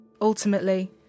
Ultimately